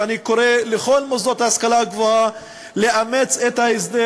ואני קורא לכל המוסדות להשכלה גבוהה לאמץ את ההסדר